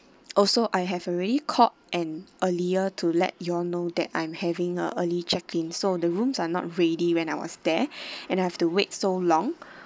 also I have already called and earlier to let you all know that I'm having a early check in so the rooms are not ready when I was there and I have to wait so long